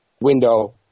window